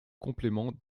complément